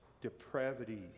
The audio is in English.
depravity